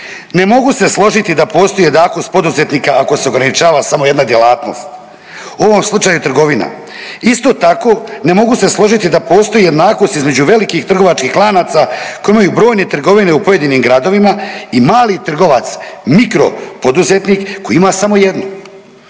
Ne mogu se složiti da postoji jednakost poduzetnika ako se ograničava samo jedna djelatnost u ovom slučaju trgovina. Isto tako ne mogu se složiti da postoji jednakost između velikih trgovačkih lanaca koji imaju brojne trgovine u pojedinim gradovima i mali trgovac, mikro poduzetnik koji ima samo jednu.